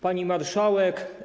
Pani Marszałek!